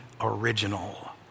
original